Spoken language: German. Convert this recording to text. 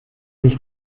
sich